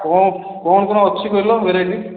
କ'ଣ କ'ଣ କ'ଣ ଅଛି କହିଲ ଭେରାଇଟି